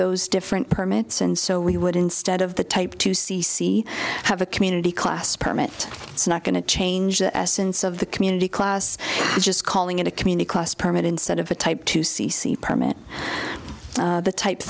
those different permits and so we would instead of the type to see c have a community class permit it's not going to change the essence of the community class just calling it a community permit instead of a type two c c permit the type